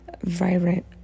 Vibrant